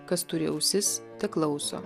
kas turi ausis teklauso